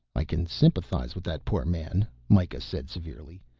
i can sympathize with that poor man, mikah said severely.